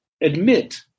admit